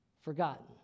forgotten